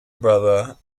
brother